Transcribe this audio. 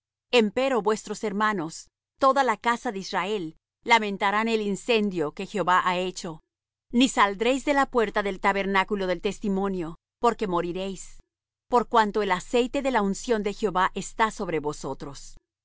congregación empero vuestros hermanos toda la casa de israel lamentarán el incendio que jehová ha hecho ni saldréis de la puerta del tabernáculo del testimonio porque moriréis por cuanto el aceite de la unción de jehová está sobre vosotros